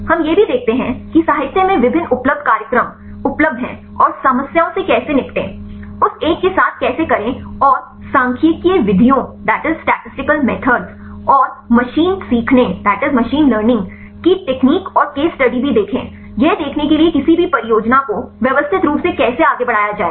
और हम यह भी देखते हैं कि साहित्य में विभिन्न उपलब्ध कार्यक्रम उपलब्ध हैं और समस्याओं से कैसे निपटें उस एक के साथ कैसे करें और सांख्यिकीय विधियों और मशीन सीखने की तकनीक और केस स्टडी भी देखें यह देखने के लिए कि किसी भी परियोजना को व्यवस्थित रूप से कैसे आगे बढ़ाया जाए